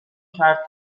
کرد